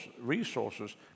resources